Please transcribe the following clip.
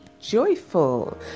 joyful